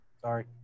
sorry